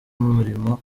umurimo